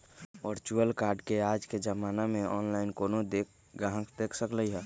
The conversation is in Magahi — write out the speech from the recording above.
वर्चुअल कार्ड के आज के जमाना में ऑनलाइन कोनो गाहक देख सकलई ह